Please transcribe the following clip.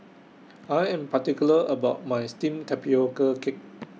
I Am particular about My Steamed Tapioca Cake